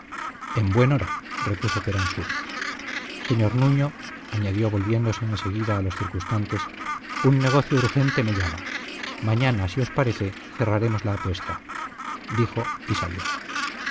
en buen hora repuso peransúrez señor nuño añadió volviéndose en seguida a los circunstantes un negocio urgente me llama mañana si os parece cerraremos la apuesta dijo y salió